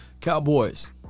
Cowboys